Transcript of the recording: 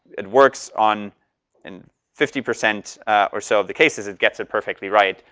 it works on and fifty percent or so of the cases, it gets it perfectly right.